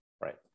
Right